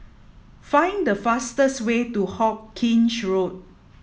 find the fastest way to Hawkinge Road